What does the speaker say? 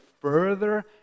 further